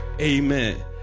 Amen